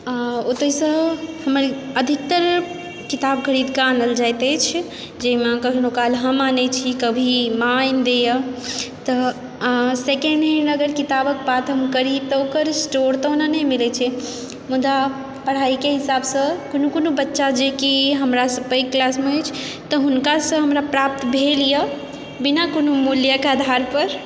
ओतएसँ हमर अधिकतर किताब खरीदकऽ आनल जाइत अछि जाहिमे कखनहुँ काल हम आनय छी कभी माँ आनि दयए तऽ आ सेकेण्ड हैण्ड अगर किताबक बात हम करी तऽ ओकर स्टोर तऽ ओना नहि मिलय छै मुदा पढ़ाईके हिसाबसँ कोनो कोनो बच्चा जेकि हमरासँ पैघ क्लासमे अछि तऽ हुनकासँ हमरा प्राप्त भेलए बिना कोनो मूल्यके आधार पर